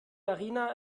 arena